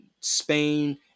Spain